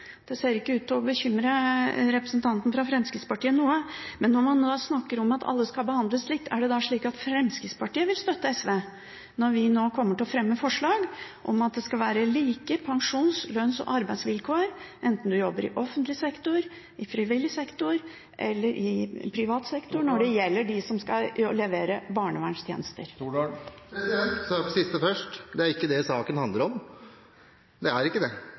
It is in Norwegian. Det ser ikke ut til å bekymre representanten fra Fremskrittspartiet. Men når man nå snakker om at alle skal behandles likt, er det da slik at Fremskrittspartiet vil støtte SV når vi nå kommer til å fremme forslag om at det skal være like pensjons-, lønns- og arbeidsvilkår, enten man jobber i offentlig sektor, i frivillig sektor eller i privat sektor, for dem som skal levere barnevernstjenester? Jeg svarer på det siste først: Det er ikke dette saken handler om – det er ikke det.